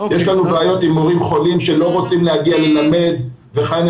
יש לנו בעיות עם מורים חולים שלא רוצים להגיע ללמד וכהנה